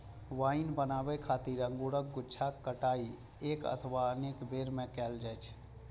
wine बनाबै खातिर अंगूरक गुच्छाक कटाइ एक अथवा अनेक बेर मे कैल जाइ छै